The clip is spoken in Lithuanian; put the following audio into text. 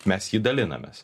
mes jį dalinamės